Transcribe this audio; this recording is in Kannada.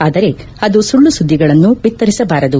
ಆದರೆ ಆದು ಸುಳ್ದು ಸುದ್ಗಿಗಳನ್ನು ಬಿತ್ತಿರಿಸಬಾರದು